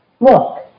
Look